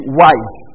wise